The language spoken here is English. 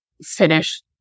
finish